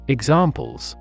Examples